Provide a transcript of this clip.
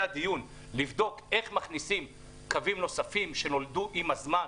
הדיון הוא לבדוק איך מכניסים קווים נוספים שנולדו עם הזמן,